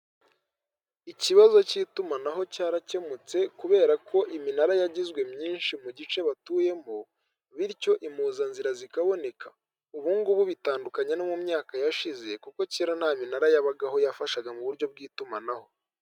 Ikibazo cy'itumanaho cyarakemutse kubera ko iminara yagizwe myinshi mu gice batuyemo bityo impuzanzira zikaboneka, ubungubu bitandukanye no mu myaka yashize kuko kera nta minara yabagaho yafashaga mu buryo bw'itumanaho.